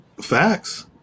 Facts